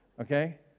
Okay